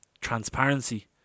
transparency